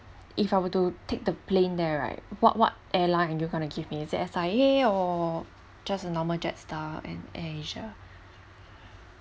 if I were to take the plane there right what what airline you going to give me is it S_I_A or just a normal jetstar and airasia